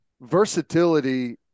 versatility